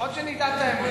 לפחות שנדע את האמת.